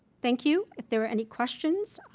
thank you. if there are any questions,